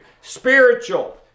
Spiritual